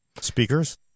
Speakers